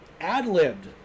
ad-libbed